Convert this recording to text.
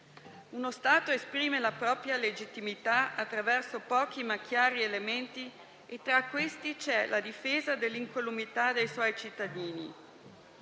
Uno Stato esprime la propria legittimità attraverso pochi, ma chiari elementi e, tra questi, c'è la difesa dell'incolumità dei suoi cittadini